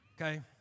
okay